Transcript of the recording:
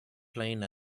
playing